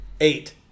eight